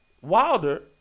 Wilder